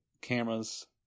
cameras